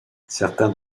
certains